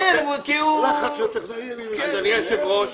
פעם אחת יעשה את זה, אני אתן לו מה שהוא רוצה.